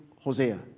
Hosea